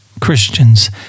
Christians